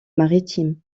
maritime